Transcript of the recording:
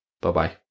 Bye-bye